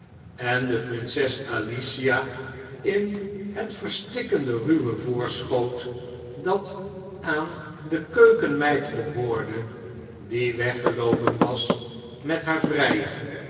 en de prinses alicia in het verstikkende ruwe voorschoot dat aan de keukenmeid behoorde die weggeloopen was met haar vrjjer